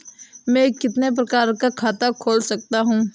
मैं कितने प्रकार का खाता खोल सकता हूँ?